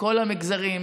מכל המגזרים,